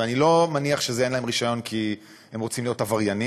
ואני לא מניח שאין להם רישיון כי הם רוצים להיות עבריינים.